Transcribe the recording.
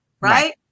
Right